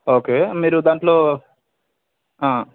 okay మీరు దాంట్లో